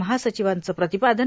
महासचिवांचं प्रतिपादन